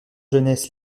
genès